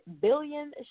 billion